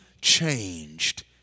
changed